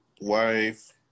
wife